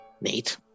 Nate